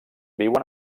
viuen